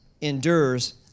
endures